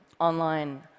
online